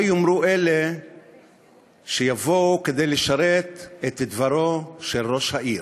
מה יאמרו אלה שיבואו כדי לשרת את דברו של ראש העיר?